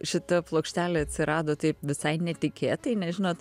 šita plokštelė atsirado taip visai netikėtai nes žinot